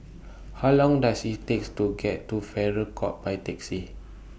How Long Does IT takes to get to Farrer Court By Taxi